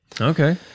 Okay